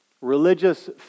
Religious